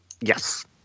Yes